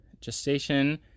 Gestation